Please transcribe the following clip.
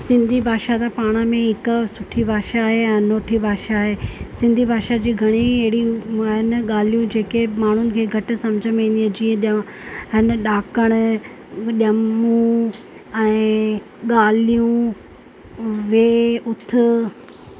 सिंधी भाषा त पाण में हिकु सुठी भाषा आहे ऐं अनूठी भाषा आहे सिंधी भाषा जे घणे ई अहिड़ियूं आहिनि ॻाल्हियूं जेके माण्हू खे घटि समुझ में ईंदी जीअं ॾ हिन ॾाकण उहो ॾम्मू ऐं ॻाल्हियूं वेह उथ